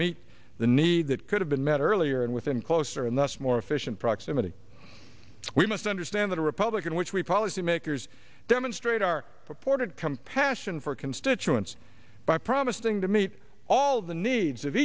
meet the need that could have been met earlier and within closer and thus more efficient proximity we must understand that a republican which we policymakers demonstrate are supported compassion for constituents by promising to meet all the needs of